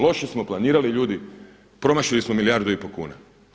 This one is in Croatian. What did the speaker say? Loše smo planirali ljudi, promašili smo milijardu i pol kuna.